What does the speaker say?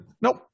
Nope